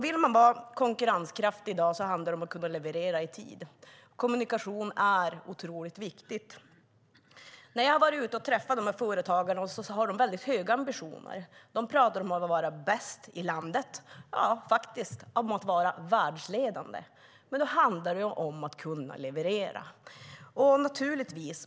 Vill man vara konkurrenskraftig i dag måste man kunna leverera i tid. Kommunikation är då otroligt viktigt. Jag har varit ute och träffat dessa företagare, och de har väldigt höga ambitioner. De pratar om att vara bäst i landet, om inte världsledande. Men då måste man kunna leverera.